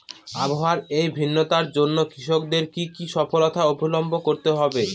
আবহাওয়ার এই ভিন্নতার জন্য কৃষকদের কি কি সর্তকতা অবলম্বন করতে হবে?